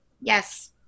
Yes